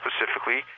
specifically